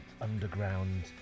underground